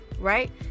Right